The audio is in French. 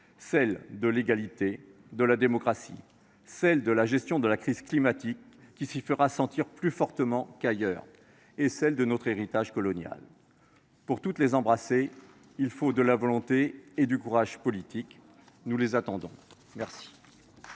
celle de l’égalité, celle de la démocratie, celle de la gestion de la crise climatique, qui s’y fera sentir plus fortement qu’ailleurs, et celle de notre héritage colonial. Pour toutes les embrasser, il faut de la volonté et du courage politique. Nous les attendons. La